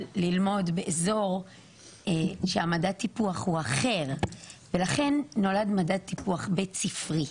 אבל ללמוד באזור שהמדד טיפוח הוא אחר ולכן נולד מדד טיפוח בית ספרי,